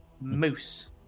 Moose